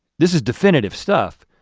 this is definitive stuff.